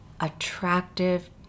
attractive